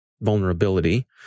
vulnerability